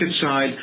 side